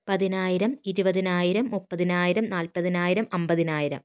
പതിനായിരം ഇരുപതിനായിരം മുപ്പതിനായിരം നാൽപ്പതിനായിരം അൻപതിനായിരം